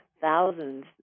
thousands